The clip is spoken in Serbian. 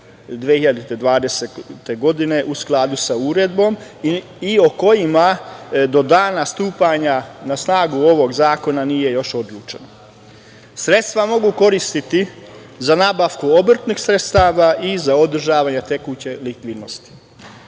2020. godine u skladu sa uredbom i o kojima do dana stupanja na snagu ovog zakona nije još odlučeno. Sredstva mogu koristiti za nabavku obrtnih sredstava i za održavanje tekuće likvidnosti. Zakonom